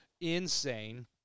Insane